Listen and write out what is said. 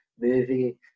movie